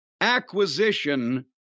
acquisition